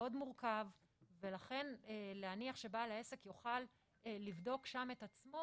מאוד מורכב ולכן להניח שבעל העסק יוכל לבדוק שם את עצמו